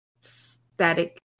static